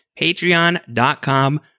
Patreon.com